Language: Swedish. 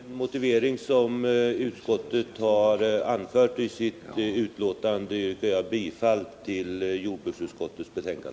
Herr talman! Men hänvisning till den motivering som utskottet anfört i sitt betänkande yrkar jag bifall till jordbruksutskottets hemställan.